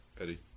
Eddie